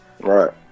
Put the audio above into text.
right